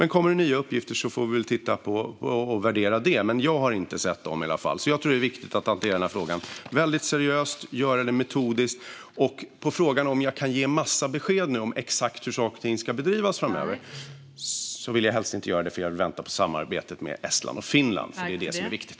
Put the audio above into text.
Men kommer det nya uppgifter får vi titta på och värdera dem, men jag har i alla fall inte sett några sådana. Jag tror att det är viktigt att hantera denna fråga väldigt seriöst och metodiskt. På frågan om jag nu kan ge en massa besked om exakt hur saker och ting ska bedrivas framöver är svaret att jag helst inte vill göra det, för jag vill vänta på samarbetet med Estland och Finland; det är det som är viktigt.